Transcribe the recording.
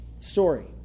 story